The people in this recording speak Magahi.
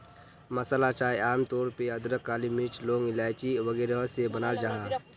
मसाला चाय आम तौर पे अदरक, काली मिर्च, लौंग, इलाइची वगैरह से बनाल जाहा